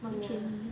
蛮便宜 ah